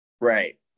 right